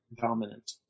dominant